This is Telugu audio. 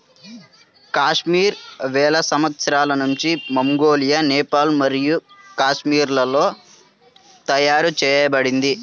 కాశ్మీర్ వేల సంవత్సరాల నుండి మంగోలియా, నేపాల్ మరియు కాశ్మీర్లలో తయారు చేయబడింది